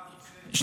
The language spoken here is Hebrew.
סליחה, משה.